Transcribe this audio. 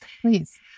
Please